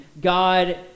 God